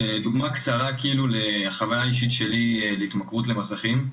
איזו שהיא דוגמא קצרה כאילו לחוויה אישית שלי להתמכרות למסכים.